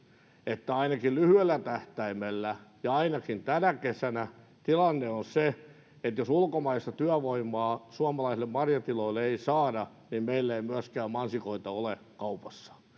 että ainakin lyhyellä tähtäimellä ja ainakin tänä kesänä tilanne on se että jos ulkomaista työvoimaa suomalaisille marjatiloille ei saada niin meillä ei myöskään mansikoita ole kaupassa